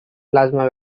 plasma